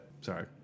sorry